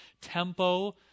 tempo